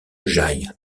j’aille